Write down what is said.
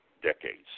Decades